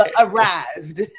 arrived